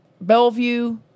Bellevue